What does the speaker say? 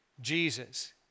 Jesus